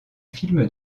film